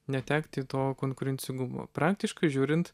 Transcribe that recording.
netekti to konkurencingumo praktiškai žiūrint